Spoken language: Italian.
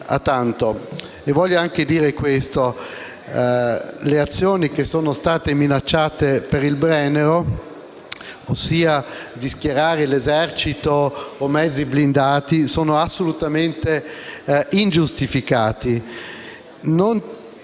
Voglio aggiungere questo: le azioni che sono state minacciate alla frontiera del Brennero, ossia di schierare l'esercito e i mezzi blindati, sono assolutamente ingiustificate.